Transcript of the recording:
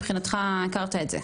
מבחינתך הכרת את זה?